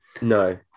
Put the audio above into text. No